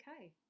okay